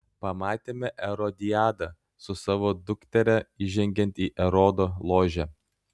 pamatėme erodiadą su savo dukteria įžengiant į erodo ložę